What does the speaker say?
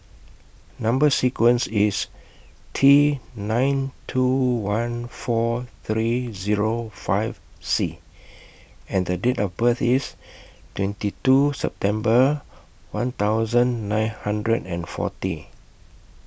Number sequence IS T nine two one four three Zero five C and The Date of birth IS twenty two September one thousand nine hundred and forty